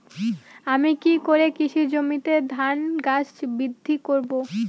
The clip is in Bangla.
আমি কী করে কৃষি জমিতে ধান গাছ বৃদ্ধি করব?